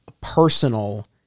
personal